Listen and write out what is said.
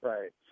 Right